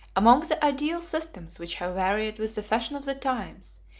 among the ideal systems which have varied with the fashion of the times,